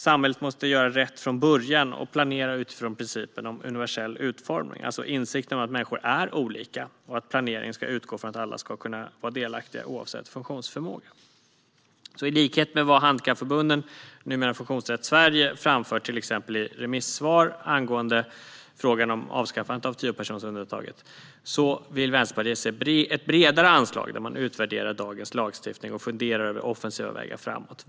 Samhället måste göra rätt från början och planera utifrån principen om universell utformning, alltså insikten om att människor är olika och att planeringen ska utgå från att alla ska kunna vara delaktiga, oavsett funktionsförmåga. I likhet med vad Handikappförbunden, numera Funktionsrätt Sverige, framfört i till exempel remissvar angående frågan om avskaffande av tiopersonsundantaget, vill Vänsterpartiet se ett bredare anslag där man utvärderar dagens lagstiftning och funderar över offensiva vägar framåt.